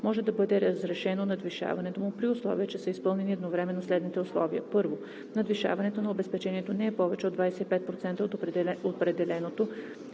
може да бъде разрешено надвишаването му, при условие че са изпълнени едновременно следните условия: 1. надвишаването на обезпечението не е повече от 25% от определеното